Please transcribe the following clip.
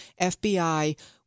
FBI